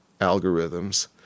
algorithms